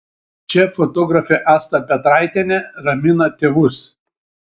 čia fotografė asta petraitienė ramina tėvus